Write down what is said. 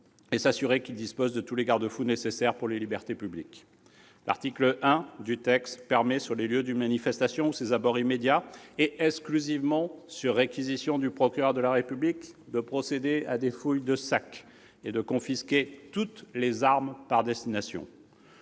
et s'assurer qu'il dispose de tous les garde-fous nécessaires pour les libertés publiques. L'article 1 du texte permet, sur les lieux d'une manifestation ou à ses abords immédiats, et exclusivement sur réquisitions écrites du procureur de la République, de procéder à des fouilles de sacs et de confisquer toutes les armes ou les armes